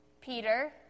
Peter